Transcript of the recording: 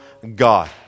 god